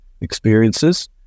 experiences